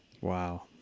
Wow